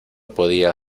podía